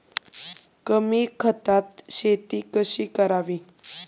कमी खतात शेती कशी करावी?